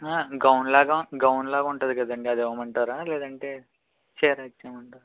ఆ గౌన్లాగా గౌన్లాగా ఉంటుంది కదండి అది ఇవ్వమంటారా లేదంటే చీరే ఇచ్చేయమంటారా